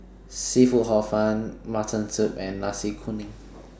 Seafood Hor Fun Mutton Soup and Nasi Kuning